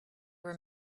were